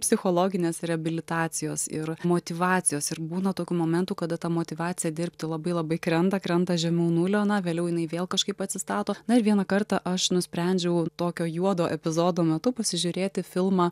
psichologinės reabilitacijos ir motyvacijos ir būna tokių momentų kada ta motyvacija dirbti labai labai krenta krenta žemiau nulio na vėliau jinai vėl kažkaip atsistato na ir vieną kartą aš nusprendžiau tokio juodo epizodo metu pasižiūrėti filmą